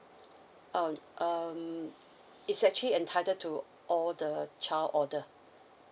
uh um it's actually entitled to all the child order